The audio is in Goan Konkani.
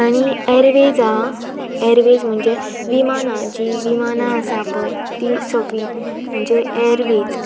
आनी एरवेज आसा एरवेज म्हणजे विमानां जीं विमानां आसा पळय ती सगळीं म्हणजे एरवेज